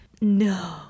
No